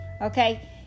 Okay